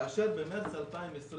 כאשר במרץ 2021,